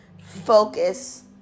focus